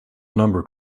number